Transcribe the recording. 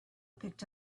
picked